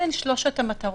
אלה שלוש המטרות.